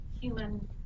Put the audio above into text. human